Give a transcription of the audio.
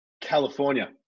California